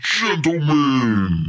gentlemen